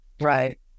Right